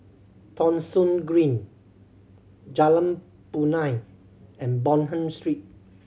Thong Soon Green Jalan Punai and Bonham Street